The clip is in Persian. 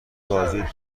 بازی